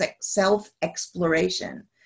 self-exploration